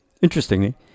Interestingly